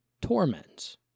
torments